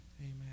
Amen